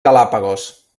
galápagos